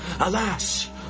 Alas